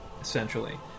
essentially